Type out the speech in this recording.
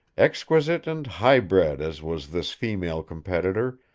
exquisite and high-bred as was this female competitor,